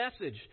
message